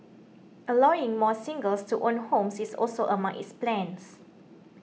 allowing more singles to own homes is also among its plans